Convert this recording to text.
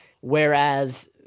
Whereas